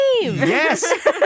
Yes